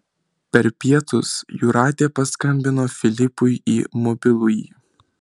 per pietus jūratė paskambino filipui į mobilųjį